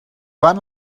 van